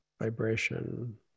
vibration